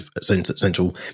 central